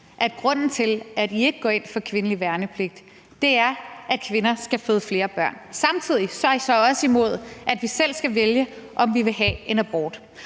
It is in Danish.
at grunden til, at I ikke går ind for kvindelig værnepligt, er, at kvinder skal føde flere børn. Samtidig er I så også imod, at vi selv skal vælge, om vi vil have en abort.